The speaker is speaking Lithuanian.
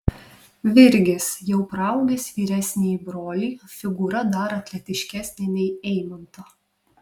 virgis jau praaugęs vyresnįjį brolį figūra dar atletiškesnė nei eimanto